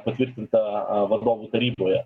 patvirtinta a a vadovų taryboje